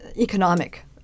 economic